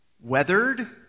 weathered